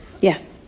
Yes